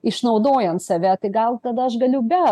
išnaudojant save tai gal tada aš galiu be